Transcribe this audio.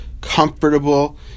comfortable